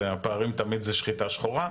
והפערים תמיד זה שחיטה שחורה.